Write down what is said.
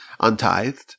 untithed